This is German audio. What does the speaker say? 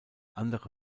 andere